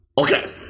okay